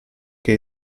che